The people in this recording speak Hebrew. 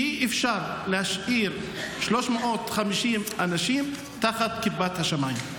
כי אי-אפשר להשאיר 350 אנשים תחת כיפת השמיים.